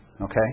Okay